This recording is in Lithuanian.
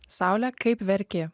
saulė kaip verki